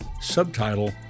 Subtitle